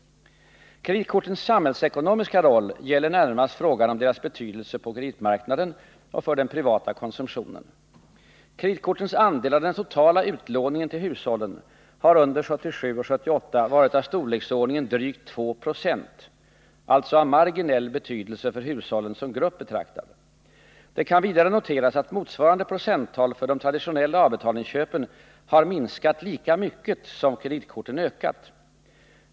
Kreditkortens samhällsekonomiska roll gäller närmast frågan om deras betydelse på kreditmarknaden och för den privata konsumtionen. Kreditkortens andel av den totala utlåningen till hushållen har under 1977 och 1978 varit av storleksordningen drygt 2 920 — alltså av marginell betydelse för hushållen som grupp betraktad. Det kan vidare noteras att motsvarande procenttal för de traditionella avbetalningsköpen har minskat lika mycket som kreditkorten ökat.